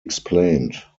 explained